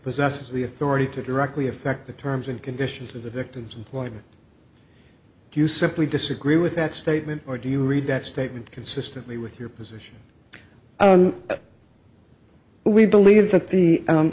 possess the authority to directly affect the terms and conditions of the victim's life you simply disagree with that statement or do you read that statement consistently with your position on we believe that the